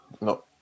no